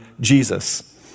Jesus